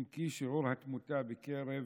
אם כי שיעור התמותה בקרב